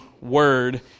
Word